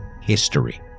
history